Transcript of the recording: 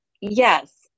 Yes